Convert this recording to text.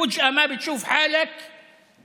פעם אחת אתה במקום הראשון,